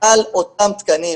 על אותם תקנים.